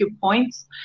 points